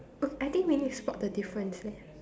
oh I think we need to spot the difference leh